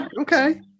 Okay